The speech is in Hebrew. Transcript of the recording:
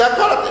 זה הכול.